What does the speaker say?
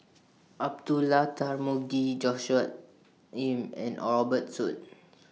Abdullah Tarmugi Joshua Ip and Robert Soon